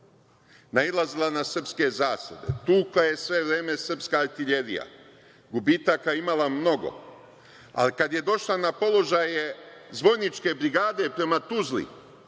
nailazila na srpske zasede, tukla je sve vreme srpska artiljerija, gubitaka imala mnogo, ali kad je došla na položaje Zvorničke brigade prema Tuzli,